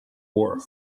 war